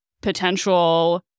potential